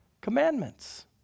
commandments